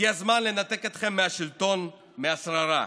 הגיע הזמן לנתק אתכם מהשלטון, מהשררה.